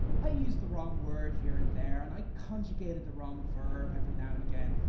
i used the wrong word here and there and i conjugated the wrong verb every now and again,